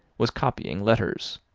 was copying letters.